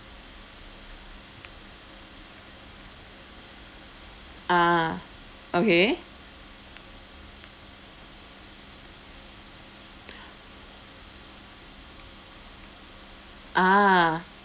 ah okay ah